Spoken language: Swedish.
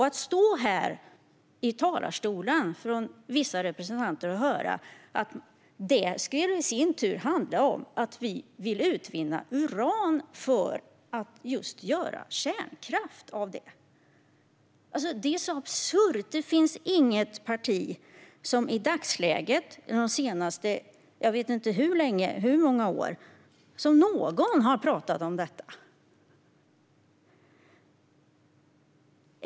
Att som vissa representanter stå här i talarstolen och säga att detta i sin tur skulle handla om att vi vill utvinna uran för att producera kärnkraft är absurt. Det finns inget parti som i dagsläget talar om detta, och jag vet inte hur många år sedan det var som någon talade om det.